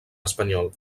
espanyol